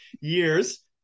years